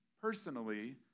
personally